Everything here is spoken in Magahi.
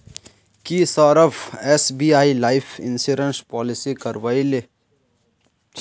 की Saurabh SBI life insurance policy करवइल छि